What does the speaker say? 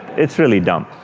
it's really dumb.